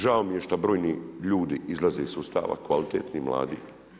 Žao mi je što brojni ljudi izlaze iz sustava kvalitetni, mladi.